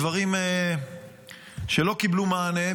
דברים שלא קיבלו מענה,